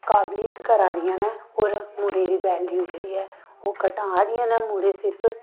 काबलियत करा दियां न होर मुड़ें दी वैल्यू जेह्ड़ी ऐ ओह् घटा दियां न मुड़े सिर्फ